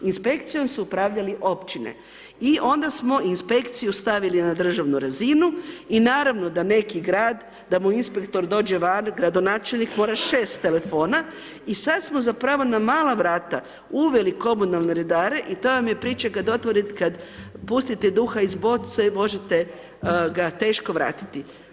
Inspekcijom su upravljale općine i onda smo inspekciju stavili na državnu razinu i naravno da neki grad, da mu inspektor dođe van, gradonačelnik mora 6 telefona i sad smo zapravo na mala vrata komunalne redare i to vam je priča kad pustite duha iz boce, možete ga teško vratiti.